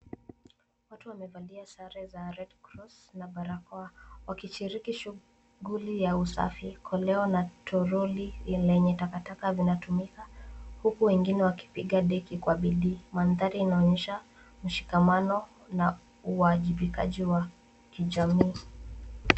WAtu wamevalia sare za red cross na barakoa wakishiriki shughuli ya usafi. Koleo na toroli yenye takataka vinatumika huku wengine wakipiga deki kwa bidii . Mandhari inaonyesha mshikamano na uwajibikaji wa kijamii.